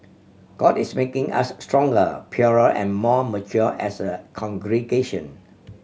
god is making us stronger purer and more mature as a congregation